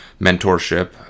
mentorship